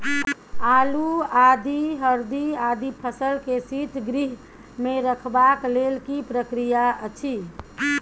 आलू, आदि, हरदी आदि फसल के शीतगृह मे रखबाक लेल की प्रक्रिया अछि?